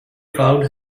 cloud